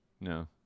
No